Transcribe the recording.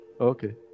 Okay